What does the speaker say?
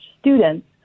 students